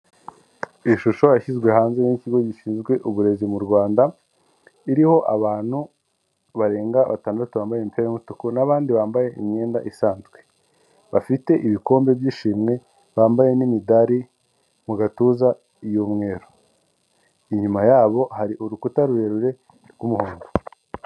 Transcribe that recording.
Iyi shusho yashyizwe hanze n'ikigo gishinzwe uburezi mu Rwanda, iriho abantu barenga batandatu bambaye imipira y'umutuku n'abandi bambaye imyenda isanzwe, bafite ibikombe by'ishimwe bambaye n'imidari mu gatuza y'umweru, inyuma yabo hari urukuta rurerure rw'umuhondo.